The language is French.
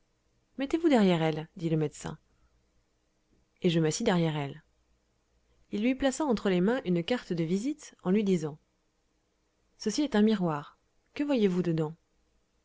mettez-vous derrière elle dit le médecin et je m'assis derrière elle il lui plaça entre les mains une carte de visite en lui disant ceci est un miroir que voyez-vous dedans